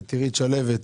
את אירית שלהבת.